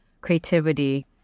Creativity